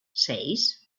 seis